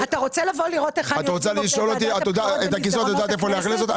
אתה רוצה לבוא לראות היכן יושבי עובדי ועדת הבחירות במסדרונות הכנסת?